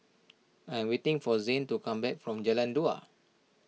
I am waiting for Zane to come back from Jalan Dua